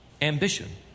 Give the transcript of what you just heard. ambition